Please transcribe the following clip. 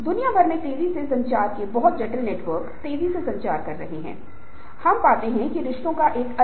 इसलिए एक बार जब आप राष्ट्रीय परीक्षा में बैठेंगे और राष्ट्रीय परीक्षा को पास कर लेंगे तब आप पीएचडीPhD कर पाएंगे